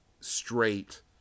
straight